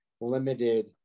limited